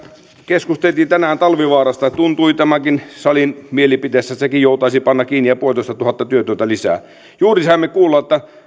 keskusteltiin tänään talvivaarasta ja tuntui tämänkin salin mielipiteessä että sekin joutaisi panna kiinni ja puolitoistatuhatta työtöntä lisää juuri saimme kuulla että